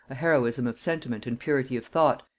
a heroism of sentiment and purity of thought,